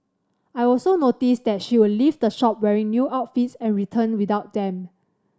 I also noticed that she would leave the shop wearing new outfits and returned without them